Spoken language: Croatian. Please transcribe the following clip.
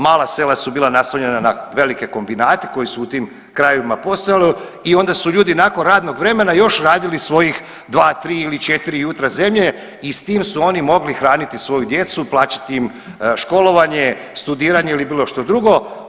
Mala sela su bila naslonjena na velike kombinate koji su u tim krajevima postojali i onda su ljudi nakon radnog vremena još radili svojih dva, tri ili četiri jutra zemlje i s tim su oni mogli hraniti svoju djecu, plaćati im školovanje, studiranje ili bilo što drugo.